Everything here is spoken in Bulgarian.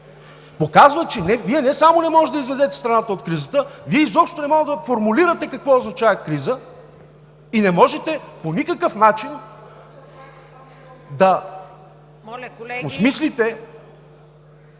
Показва, че Вие не само не може да изведете страната от кризата, Вие изобщо не може да формулирате какво означава криза и не можете по никакъв начин да… (Шум и